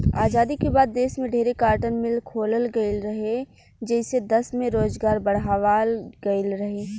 आजादी के बाद देश में ढेरे कार्टन मिल खोलल गईल रहे, जेइसे दश में रोजगार बढ़ावाल गईल रहे